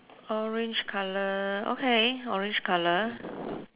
orange colour okay orange colour